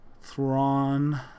Thrawn